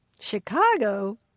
Chicago